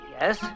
yes